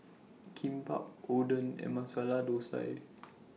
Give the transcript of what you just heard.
Kimbap Oden and Masala Dosa